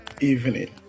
evening